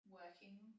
working